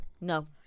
No